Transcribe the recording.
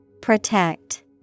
Protect